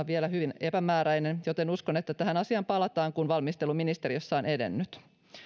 vielä hyvin epämääräinen joten uskon että tähän asiaan palataan kun valmistelu ministeriössä on edennyt